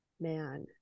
man